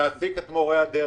להעסיק את מורי הדרך,